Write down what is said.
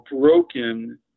broken